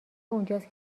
اونجاست